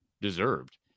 deserved